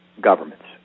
governments